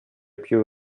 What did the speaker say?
più